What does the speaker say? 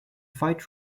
fight